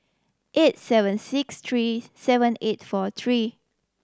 eight seven six three seven eight four three